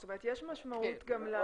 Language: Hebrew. אבל קרוב, זאת אומרת יש משמעות גם לתיכון.